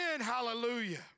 Hallelujah